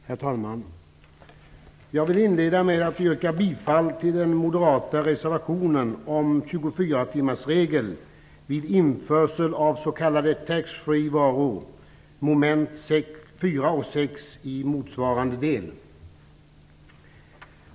Herr talman! Jag vill inleda med att yrka bifall till den moderata reservationen om 24-timmarsregeln vid införsel av s.k. taxfree-varor, mom. 4 och 6 i motsvarande del.